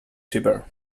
cheaper